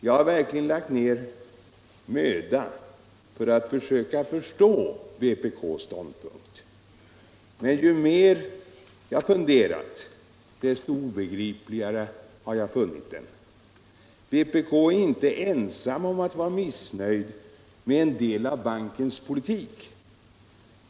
Jag har verkligen lagt ned möda på att försöka förstå vpk:s ståndpunkt. Men ju mer jag funderar. desto obegripligare har jag funnit den. Vpk är inte ensamt om att vara missnöjd med en del av bankens politik.